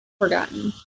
forgotten